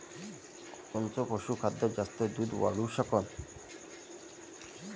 कोनचं पशुखाद्य जास्त दुध वाढवू शकन?